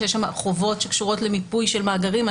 שיש שם חובות שקשורות למיפוי של מאגרים.